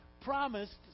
promised